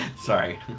Sorry